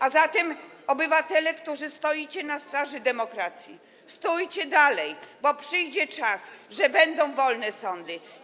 A zatem, obywatele, którzy stoicie na straży demokracji, stójcie dalej, bo przyjdzie czas, kiedy będą wolne sądy.